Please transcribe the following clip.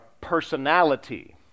personality